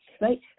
Right